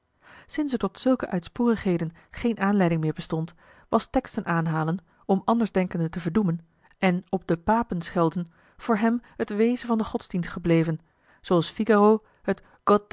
sinds er tot zulke uitsporigheden geene aanleiding meer bestond was teksten aanhalen om andersdenkenden te verdoemen en op de papen schelden voor hem het wezen van den godsdienst gebleven zooals figaro het